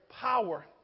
power